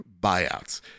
buyouts